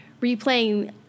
replaying